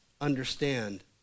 understand